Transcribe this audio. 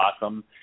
awesome